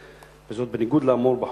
וזאת בניגוד לאמור בחוק.